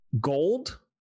Gold